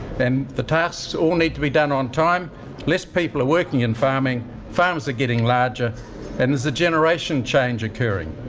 and the tasks all need to be done on time less people are working in farming farms are getting larger and there's a generation change occurring.